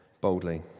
boldly